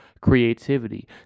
Creativity